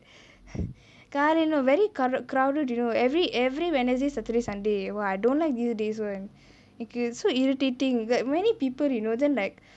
காலைலேல:kaalaiyilae very crowded you know every every wednesday saturday sunday !wah! I don't like these days [one] it gets so irritating that many people you know then like